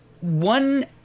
one